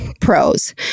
pros